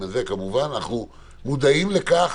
אנחנו מודעים לכך